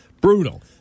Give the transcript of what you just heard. Brutal